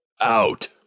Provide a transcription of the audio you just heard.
out